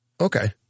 Okay